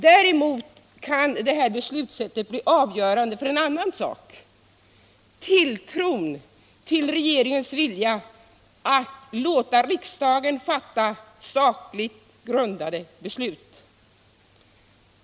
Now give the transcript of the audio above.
Däremot kan det här beslutssättet bli avgörande för en annan sak -— tilltron till regeringens vilja att låta riksdagen fatta sakligt grundade beslut.